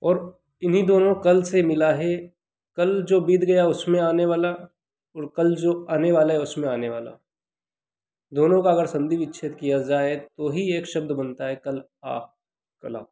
और इन्हीं दोनों कल से मिला है कल जो बीत गया उसमें आने वाला और कल जो आने वाला है उसमें आने वाला दोनों का अगर संधि विच्छेद किया जाए तो ही एक शब्द बनता है कल आ कला